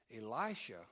Elisha